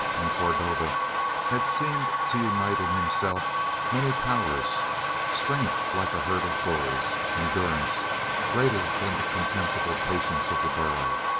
and cordova had seemed to unite in himself many powers strength like a herd of bulls, endurance greater than the contemptible patience of the burro,